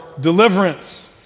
deliverance